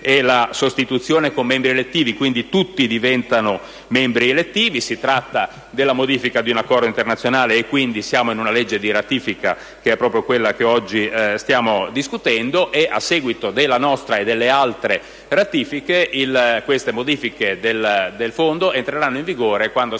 e la sostituzione con membri elettivi, quindi tutti diventano membri elettivi. Si tratta della modifica di un accordo internazionale, e quindi siamo in una legge di ratifica che è proprio quella che oggi stiamo discutendo. A seguito della nostra e delle altre ratifiche, queste modifiche del Fondo entreranno in vigore quando saranno approvate dai tre